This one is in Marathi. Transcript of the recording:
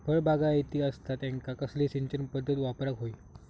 फळबागायती असता त्यांका कसली सिंचन पदधत वापराक होई?